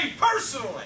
personally